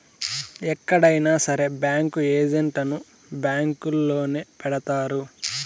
ఎక్కడైనా సరే బ్యాంకు ఏజెంట్లను బ్యాంకొల్లే పెడతారు